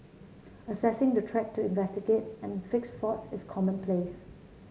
accessing the track to investigate and fix faults is commonplace